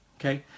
okay